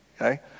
okay